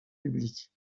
publiques